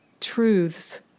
truths